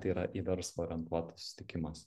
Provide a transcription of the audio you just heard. tai yra į verslą orientuotas susitikimas